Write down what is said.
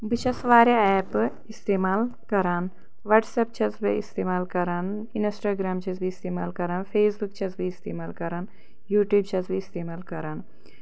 بہٕ چھَس واریاہ ایپہٕ اِستعمال کَران واٹٔس ایپ چھَس بہٕ اِستعمال کَران اِنسٹراگرٛام چھَس بہٕ اِستعمال کَران فٮیس بُک چھَس بہٕ اِستعمال کَران یوٗ ٹیٛوٗب چھَس بہٕ اِستعمال کَران